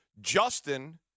Justin –